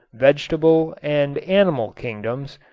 vegetable and animal kingdoms,